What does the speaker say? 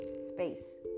space